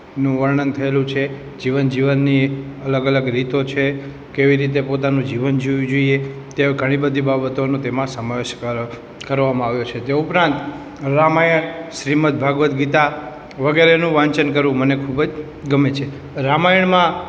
નું વર્ણન થયેલું છે જીવન જીવનની અલગ અલગ રીતો છે કેવી રીતે પોતાનું જીવન જીવવું જોઇએ તેવાં ઘણી બધી બાબતોનો તેમાં સમાવેશ કર કરવામાં આવ્યો છે તે ઉપરાંત રામાયણ શ્રીમદ્ ભગવદ્ ગીતા વગેરેનું વાંચન કરવું મને ખૂબ જ ગમે છે રામાયણમાં